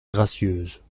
gracieuses